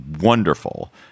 wonderful